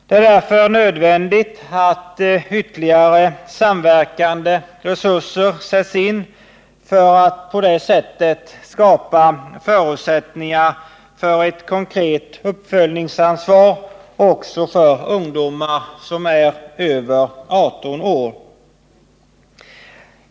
Det är därför nödvändigt att ytterligare samverkande resurser sätts in för att på det sättet skapa förutsättningar för ett konkret uppföljningsansvar också för ungdomar som är över 18 år.